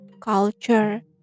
culture